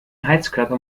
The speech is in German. heizkörper